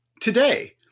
today